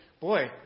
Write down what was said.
boy